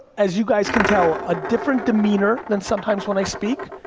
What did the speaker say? as you guys can tell, a different demeanor than sometimes when i speak,